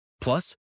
Plus